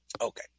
Okay